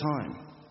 time